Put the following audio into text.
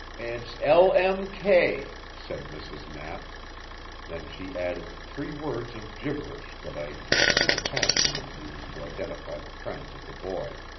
it is l. m. k, said mrs. knapp then she added three words of gibberish that i took to be the passwords used to identify the friends of the boy.